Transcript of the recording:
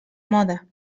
moda